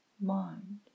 mind